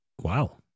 wow